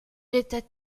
était